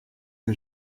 que